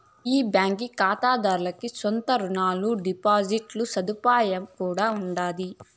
ఈ బాంకీ కాతాదార్లకి సొంత రునాలు, డిపాజిట్ సదుపాయం కూడా ఉండాది